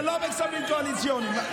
זה לא בכספים קואליציוניים.